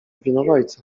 winowajca